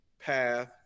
path